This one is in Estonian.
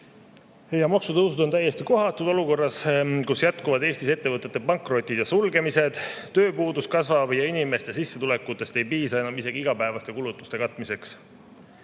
Maksutõusud on täiesti kohatud olukorras, kus Eestis jätkuvad ettevõtete pankrotid ja sulgemised, tööpuudus kasvab ja inimeste sissetulekutest ei piisa enam isegi igapäevaste kulutuste katmiseks.